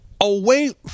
Away